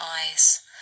eyes